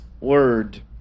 word